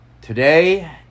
Today